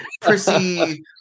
prissy